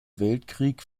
weltkrieg